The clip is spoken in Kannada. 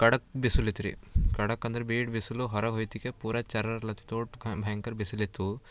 ಖಡಕ್ ಬಿಸಿಲಿತ್ತುರಿ ಖಡಕ್ ಅಂದರೆ ಬೀಡು ಬಿಸಿಲು ಹೊರಗೆ ಹೋಯ್ತಿಗೆ ಪೂರಾ ಚರ್ರರಲತ್ತಿತು ಓಟು ಕಂ ಭಯಂಕರ ಬಿಸಿಲಿತ್ತು